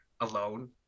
alone